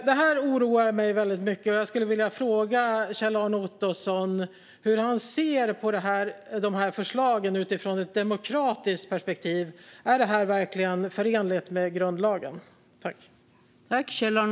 Detta oroar mig mycket, och jag skulle vilja fråga Kjell-Arne Ottosson hur han ser på förslagen utifrån ett demokratiskt perspektiv. Är detta verkligen förenligt med grundlagen?